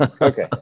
Okay